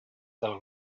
del